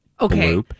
Okay